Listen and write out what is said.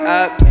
up